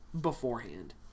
beforehand